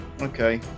okay